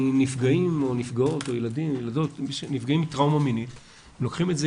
כי נפגעים או נפגעות מטראומה מינית לוקחים את זה